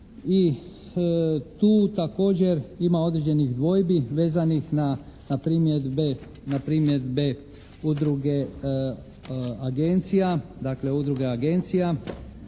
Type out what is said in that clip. tu također ima određenih dvojbi vezanih na primjedbe udruge agencija,